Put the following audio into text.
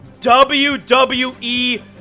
WWE